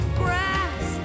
grass